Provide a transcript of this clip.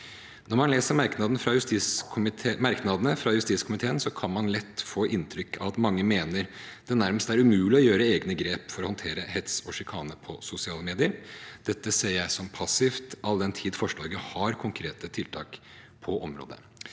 Når man leser merknadene fra justiskomiteen, kan man lett få inntrykk av at mange mener det nærmest er umulig å gjøre egne grep for å håndtere hets og sjikane på sosiale medier. Dette ser jeg som passivt, all den tid forslaget har konkrete tiltak på området.